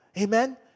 Amen